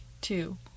two